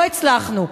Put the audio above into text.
לא הצלחנו.